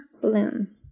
bloom